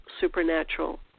supernatural